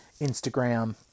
Instagram